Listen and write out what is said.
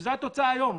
שזאת התוצאה היום.